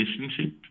relationship